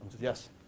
Yes